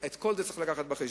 את כל זה צריך להביא בחשבון.